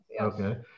Okay